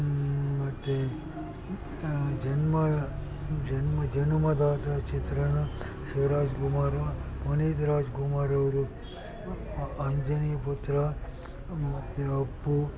ಮತ್ತು ಜನ್ಮ ಜನ್ಮ ಜನುಮದ ಸ ಚಿತ್ರಣ ಶಿವರಾಜ್ಕುಮಾರು ಪುನೀತ್ ರಾಜ್ಕುಮಾರ್ ಅವರು ಅಂಜನೀಪುತ್ರ ಮತ್ತು ಅಪ್ಪು